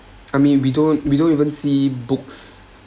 I mean we don't we don't even see books